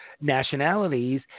nationalities